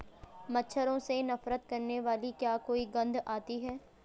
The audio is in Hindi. मच्छरों से नफरत करने वाली क्या कोई गंध आती है?